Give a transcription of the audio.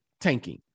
tanking